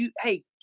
hey